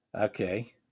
Okay